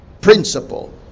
principle